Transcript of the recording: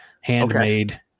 handmade